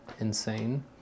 insane